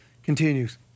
Continues